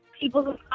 people